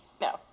No